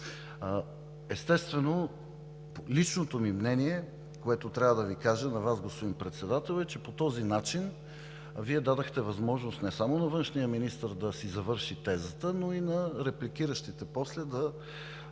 Естествено, личното ми мнение, което трябва да Ви кажа на Вас, господин Председател, е, че по този начин Вие дадохте възможност не само на външния министър да си завърши тезата, но и на репликиращите после да